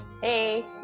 Hey